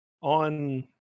on